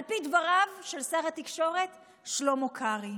על פי דבריו של שר התקשורת שלמה קרעי.